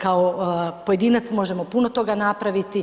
kao pojedinac možemo puno toga napraviti.